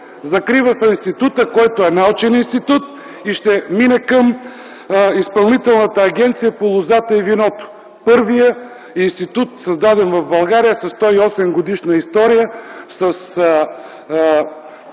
Закрива се институтът, който е научен институт и ще мине към Изпълнителната агенция по лозята и виното – първият институт създаден в България със 108-годишна история.